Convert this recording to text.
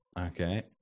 okay